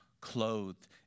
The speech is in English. clothed